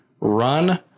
run